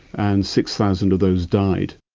and six thousand of those died.